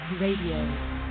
Radio